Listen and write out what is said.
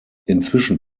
inzwischen